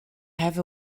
have